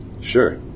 Sure